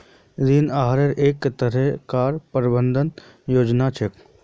ऋण आहार एक तरह कार प्रबंधन योजना छे